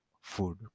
food